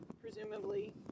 presumably